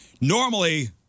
Normally